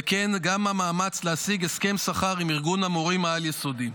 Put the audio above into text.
וכן המאמץ להשיג הסכם שכר עם ארגון המורים העל-יסודי.